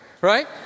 Right